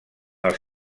els